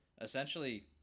essentially